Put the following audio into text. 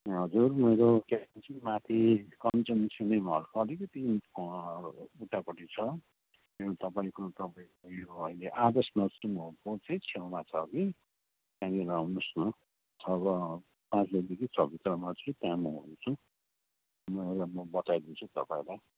हजुर मेरो माथि कञ्चन सिनेमा हलको अलिकति उतापट्टि छ अनि उतापट्टि अहिले आदर्श नर्सिङ होमको चाहिँ छेउमा छ कि त्यहाँनिर आउनुहोस् न छ पाँच बजीदेखि छभित्रमा चाहिँ त्यहाँ म हुन्छु र म बताइदिन्छु तपाईँलाई